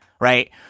right